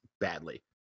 badly